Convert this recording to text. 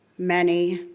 many.